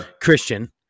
Christian